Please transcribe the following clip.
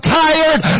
tired